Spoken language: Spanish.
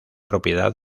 propiedad